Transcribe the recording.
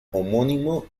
homónimo